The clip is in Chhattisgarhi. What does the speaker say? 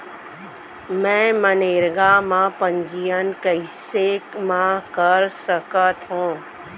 मैं मनरेगा म पंजीयन कैसे म कर सकत हो?